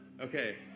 Okay